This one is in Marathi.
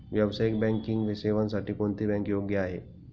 व्यावसायिक बँकिंग सेवांसाठी कोणती बँक योग्य आहे?